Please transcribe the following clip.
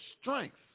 strength